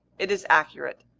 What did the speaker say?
it is accurate.